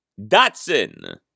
Dotson